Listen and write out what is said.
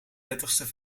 dertigste